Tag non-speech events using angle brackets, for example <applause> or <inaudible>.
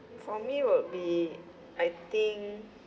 for me will be I think <breath>